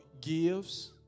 gives